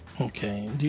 Okay